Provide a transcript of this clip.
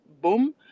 boom